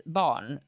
barn